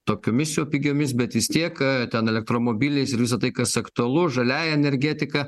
tokiomis jau pigiomis bet vis tiek ten elektromobiliais ir visa tai kas aktualu žaliąja energetika